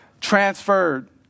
transferred